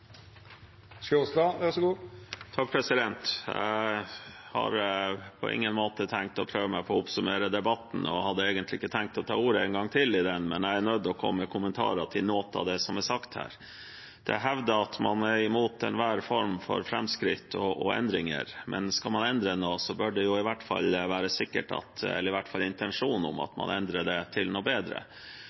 Jeg har på ingen måte tenkt å prøve meg på å oppsummere debatten og hadde egentlig ikke tenkt å ta ordet en gang til i den, men jeg er nødt til å komme med kommentarer til noe av det som er sagt her. Det er hevdet at man er imot enhver form for framskritt og endringer. Men skal man endre noe, bør det være sikkert, eller i hvert fall en intensjon om, at man endrer det til noe bedre.